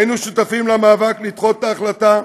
היינו שותפים למאבק לדחות את ההחלטה,